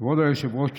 כבוד היושב-ראש,